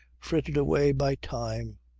frittered away by time